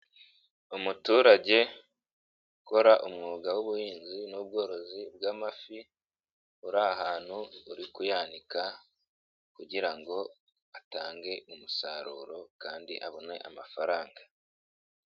Umuturage ukora umwuga w'ubuhinzi n'ubworozi bwamafi uri ahantu uri kuyanika kugira ngo atange umusaruro kandi abone amafaranga.